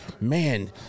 man